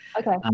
Okay